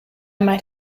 might